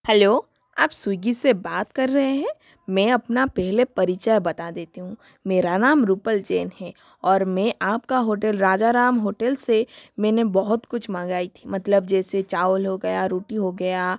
hello आप Swiggy से बात कर रहे हैं मैं अपना पहले परिचय बता देती हूँ मेरा नाम रुपल जैन है और में आप की होटल राजा राम होटेल से मैंने बहुत कुछ मंगाई थी मतलब जैसे चावल हो गया रोटी हो गया